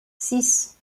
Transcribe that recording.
six